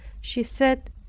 she said,